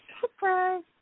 Surprise